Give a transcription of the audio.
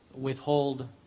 withhold